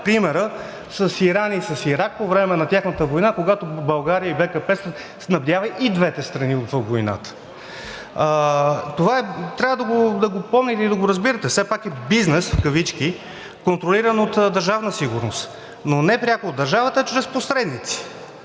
примерът с Иран и с Ирак по време на тяхната война, когато България – БКП, снабдява и двете страни във войната. Това трябва да го помните и да го разбирате. Все пак това е бизнес в кавички, контролиран от Държавна сигурност, но не пряко от държавата, а чрез посредници.